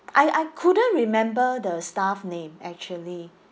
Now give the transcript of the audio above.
I I couldn't remember the staff name actually